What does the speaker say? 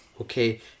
okay